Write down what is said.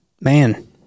man